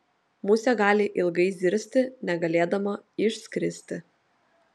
musė gali ilgai zirzti negalėdama išskristi